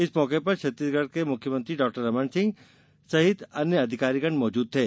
इस मौके पर छत्तीसगढ़ के मुख्यमंत्री डॉरमन सिंह सहित अन्य अधिकारी मौजूद थे